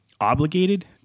obligated